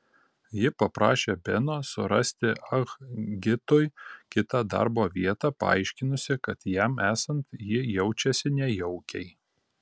ji paprašė beno surasti ah gitui kitą darbo vietą paaiškinusi kad jam esant ji jaučiasi nejaukiai